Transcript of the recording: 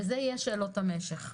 אלה יהיו השאלות על משך הזמן.